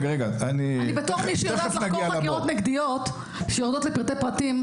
בתור מי שיודעת לחקור חקירות נגדיות שיורדות לפרטי פרטים,